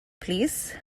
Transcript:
plîs